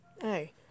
Hey